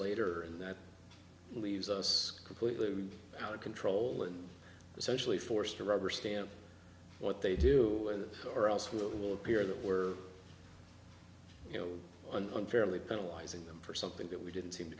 later and that leaves us completely out of control and essentially forced to rubber stamp what they do or else will appear that we're you know unfairly penalizing them for something that we didn't seem to